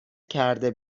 کرده